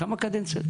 כמה קדנציות?